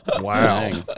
wow